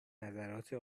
نظرات